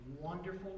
Wonderful